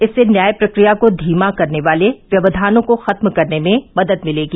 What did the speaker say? इससे न्याय प्रक्रिया को धीमा करने वाले व्यवधानों को खत्म करने में मदद मिलेगी